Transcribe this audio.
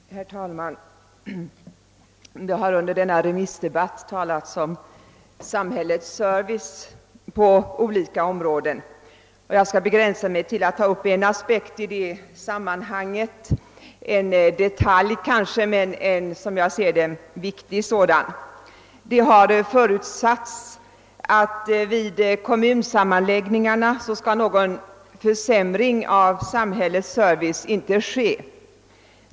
Herr talman! Det har under denna remissdebatt talats om samhällets service på olika områden. Jag skall begränsa mig till att ta upp en aspekt i det sammanhanget, kanske en detalj men som jag ser det en viktig sådan. Det har förutsatts att vid kommunsammanläggningarna någon försämring av samhällets service inte skall förekomma.